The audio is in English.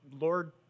Lord